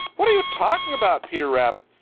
what are you talking about, peter rabbit?